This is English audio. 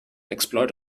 exploit